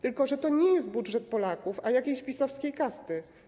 Tylko że to nie jest budżet Polaków, a jakiejś PiS-owskiej kasty.